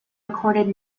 recorded